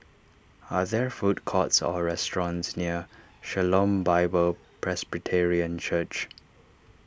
are there food courts or restaurants near Shalom Bible Presbyterian Church